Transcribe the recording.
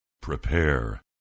prepare